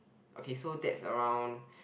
okay so that's around